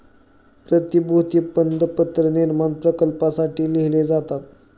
प्रतिभूती बंधपत्र निर्माण प्रकल्पांसाठी लिहिले जातात